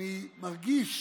ואני מרגיש